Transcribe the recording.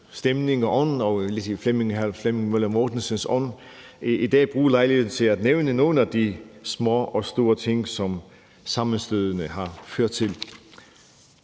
stemning og ånd og lidt i hr. Flemming Møller Mortensens ånd i dag bruge lejligheden til at nævne nogle af de små og store ting, som sammenstødene har ført til.